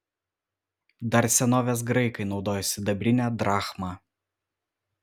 dar senovės graikai naudojo sidabrinę drachmą